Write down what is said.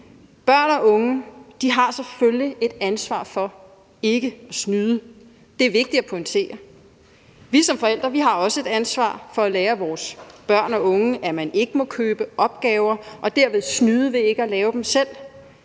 Børn og unge har selvfølgelig et ansvar for ikke at snyde. Det er vigtigt at pointere. Vi som forældre har også et ansvar for at lære vores børn og unge, at man ikke må købe opgaver og derved snyde ved ikke at lave dem selv,